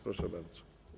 Proszę bardzo.